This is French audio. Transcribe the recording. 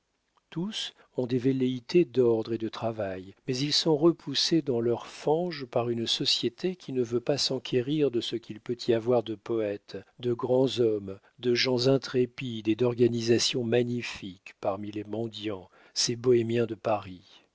tous ont des velléités d'ordre et de travail mais ils sont repoussés dans leur fange par une société qui ne veut pas s'enquérir de ce qu'il peut y avoir de poètes de grands hommes de gens intrépides et d'organisations magnifiques parmi les mendiants ces bohémiens de paris